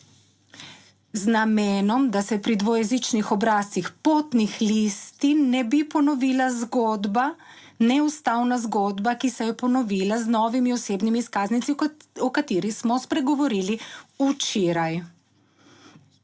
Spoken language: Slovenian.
Z namenom, da se pri dvojezičnih obrazcih potnih listin ne bi ponovila zgodba, neustavna zgodba, ki se je ponovila z novimi osebnimi izkaznica, o kateri smo spregovorili včeraj,